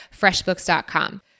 FreshBooks.com